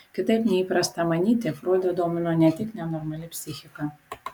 kitaip nei įprasta manyti froidą domino ne tik nenormali psichika